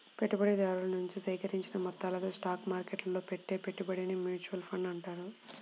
పెట్టుబడిదారుల నుంచి సేకరించిన మొత్తాలతో స్టాక్ మార్కెట్టులో పెట్టే పెట్టుబడినే మ్యూచువల్ ఫండ్ అంటారు